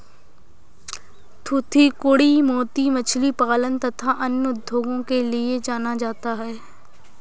थूथूकुड़ी मोती मछली पालन तथा अन्य उद्योगों के लिए जाना जाता है